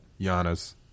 Giannis